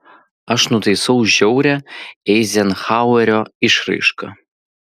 aš nutaisau žiaurią eizenhauerio išraišką